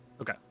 Okay